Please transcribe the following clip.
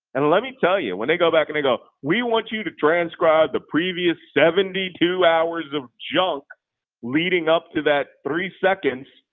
and let me tell you when they go back and go, we want you to transcribe the previous seventy two hours of junk leading up to that three seconds,